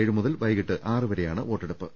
ഏഴ് മുതൽ വൈകീട്ട് ആറ് വരെയാണ് വോട്ടെടുപ്പ്